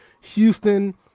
Houston